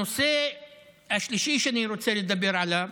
הנושא השלישי שאני רוצה לדבר עליו,